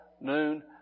noon